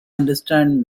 understand